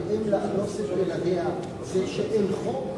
לאם לאנוס את ילדיה זה שאין חוק?